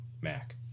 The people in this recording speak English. Mac